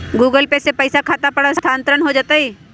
Google Pay से पईसा खाता पर स्थानानंतर हो जतई?